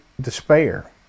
despair